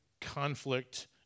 conflict